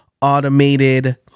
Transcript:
automated